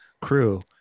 crew